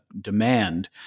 demand